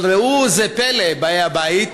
אבל ראו זה פלא, באי הבית,